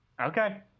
Okay